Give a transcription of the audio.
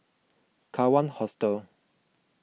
Kawan Hostel